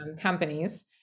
companies